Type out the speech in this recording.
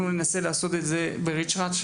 אנחנו ננסה לעשות את זה בריץ'-רץ',